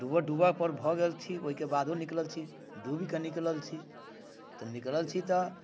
डूबऽ डूबऽपर भऽ गेल छी ओहिके बादो निकलल छी डूबिकऽ निकलल छी तऽ निकलल छी तऽ